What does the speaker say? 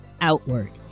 outward